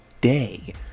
day